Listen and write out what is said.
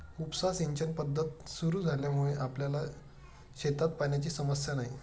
उपसा सिंचन पद्धत सुरु झाल्यामुळे आपल्या शेतात पाण्याची समस्या नाही